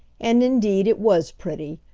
and indeed it was pretty,